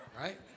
right